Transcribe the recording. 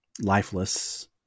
lifeless